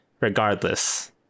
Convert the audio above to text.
regardless